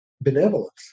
benevolence